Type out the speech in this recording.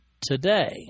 today